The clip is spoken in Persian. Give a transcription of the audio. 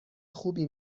خوبی